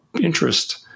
interest